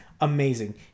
amazing